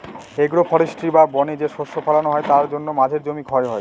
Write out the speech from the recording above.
agro forestry বা বনে যে শস্য ফলানো হয় তার জন্য মাঝের জমি ক্ষয় হয়